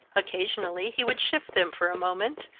occasionally he would shift them for a moment,